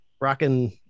rocking